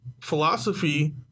philosophy